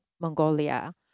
Mongolia